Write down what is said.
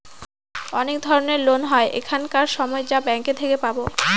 অনেক ধরনের লোন হয় এখানকার সময় যা ব্যাঙ্কে থেকে পাবো